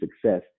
success